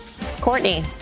Courtney